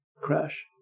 crash